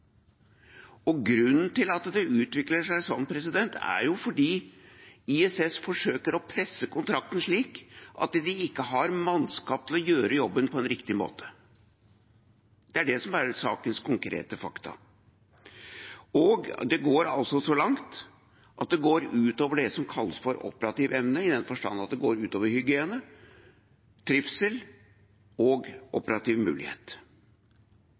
det utvikler seg sånn, er at ISS forsøker å presse kontrakten slik at de ikke har mannskap til å gjøre jobben på en riktig måte. Det er det som er sakens konkrete faktum. Det går altså så langt at det går ut over det som kalles for operativ evne, i den forstand at det går ut over hygiene, trivsel og operativ mulighet.